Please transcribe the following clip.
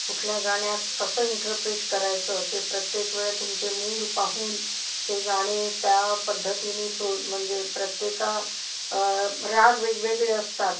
कुठल्या गाण्यात कसं इंटरप्रिट करायचं ते प्रत्येक वेळ तुमचे मूड पाहून ते गाणे त्या पद्धतीनी प्रो म्हणजे प्रत्येक राग वेगवेगळे असतात